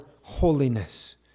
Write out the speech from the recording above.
holiness